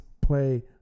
play